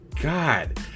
god